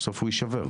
בסוף הוא ישבר.